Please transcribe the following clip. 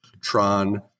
Tron